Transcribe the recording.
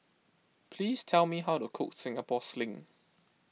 please tell me how to Cook Singapore Sling